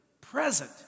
present